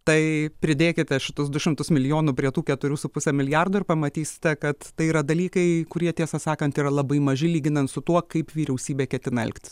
tai pridėkite šitus du šimtus milijonų prie tų keturių su puse milijardo ir pamatysite kad tai yra dalykai kurie tiesą sakant yra labai maži lyginant su tuo kaip vyriausybė ketina elgtis